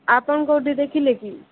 ଆପଣ କେଉଁଠି ଦେଖିଲେ କି